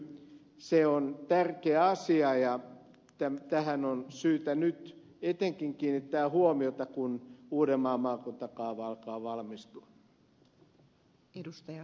se on tärkeä asia ja tähän on syytä etenkin nyt kiinnittää huomiota kun uudenmaan maakuntakaava alkaa valmistua